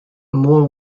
moore